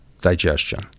digestion